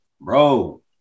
Bro